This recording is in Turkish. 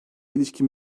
ilişkin